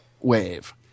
wave